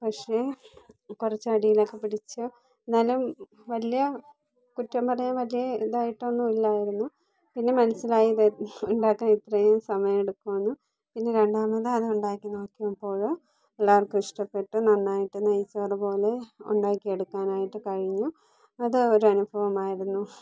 പക്ഷേ കുറച്ച് അടിയിലൊക്കെ പിടിച്ചു എന്നാലും വലിയ കുറ്റം പറയാൻ പറ്റിയ ഇതായിട്ടൊന്നും ഇല്ലായിരുന്നു പിന്നെ മനസ്സിലായി ഇത് ഉണ്ടാക്കാൻ ഇത്രയും സമയെടുക്കുമെന്ന് പിന്നെ രണ്ടാമത് അത് ഉണ്ടാക്കി നോക്കിയപ്പോൾ എല്ലാർക്കും ഇഷ്ടപ്പെട്ടു നന്നായിട്ടു നെയ്ച്ചോർ പോലെ ഉണ്ടാക്കിയെടുക്കാനായിട്ട് കഴിഞ്ഞു അത് ഒരു അനുഭവമായിരുന്നു